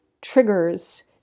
triggers